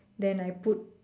then I put